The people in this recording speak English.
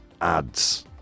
ads